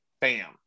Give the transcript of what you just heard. Bam